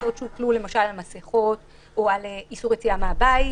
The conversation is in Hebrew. הקנסות שהוטלו למשל על מסכות או על איסור יציאה מן הבית.